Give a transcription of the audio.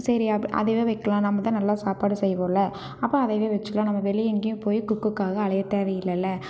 சரி அப் அதையே வைக்கிலாம் நம்ப தான் நல்லா சாப்பாடு செய்வோல்லை அப்போ அதையே வெச்சுக்கலாம் நம்ம வெளியே எங்கேயும் போய் குக்குக்காக அலைய தேவையில்லல